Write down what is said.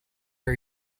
are